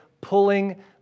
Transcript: pulling